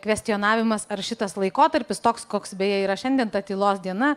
kvestionavimas ar šitas laikotarpis toks koks beje yra šiandien ta tylos diena